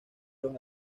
los